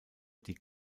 die